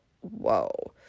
whoa